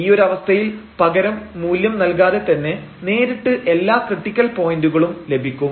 ഈയൊരു അവസ്ഥയിൽ പകരം മൂല്യം നൽകാതെ തന്നെ നേരിട്ട് എല്ലാ ക്രിട്ടിക്കൽ പോയന്റുകളും ലഭിക്കും